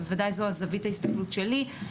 ודאי זו זווית ההסתכלות שלי,